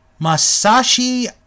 Masashi